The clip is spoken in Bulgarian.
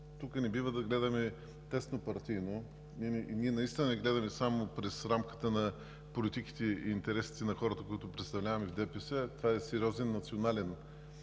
Тук не бива да гледаме теснопартийно и ние наистина не гледаме само през рамката на политиките и интересите за хората, които представляваме, от ДПС. Обезлюдяването е